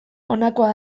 honakoa